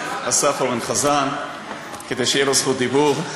אסף אורן חזן כדי שתהיה לו רשות דיבור.